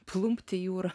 plumpt į jūrą